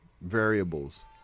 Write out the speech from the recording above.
variables